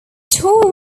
tour